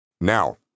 Now